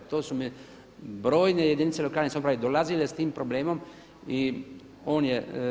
To su mi brojne jedinice lokalne samouprave dolazile sa tim problemom i on je.